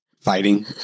fighting